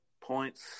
points